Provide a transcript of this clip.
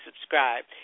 subscribe